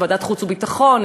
ועדת החוץ והביטחון,